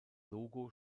logo